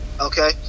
Okay